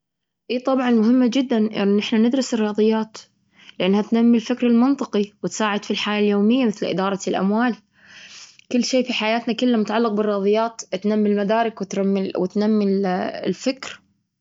إيه، طبعا، مهمة جدا إن إحنا ندرس الرياضيات، لأنها تنمي الفكر المنطقي وتساعد في الحياة اليومية، مثل إدارة الأموال. كل شيء في حياتنا، كله متعلق بالرياضيات، تنمي المدارك وترمي-وتنمي الفكر.